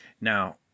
now